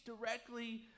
directly